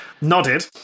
nodded